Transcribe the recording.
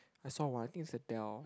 I saw one I think it's a Dell